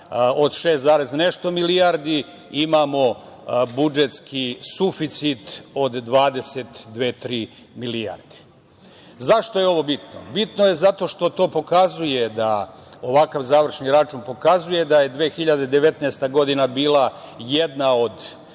nešto milijardi, imamo budžetski suficit od dvadeset dve, tri milijarde.Zašto je ovo bitno? Bitno je zato što to pokazuje da, ovakav završni račun pokazuje da je 2019. godina bila jedna od